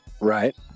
Right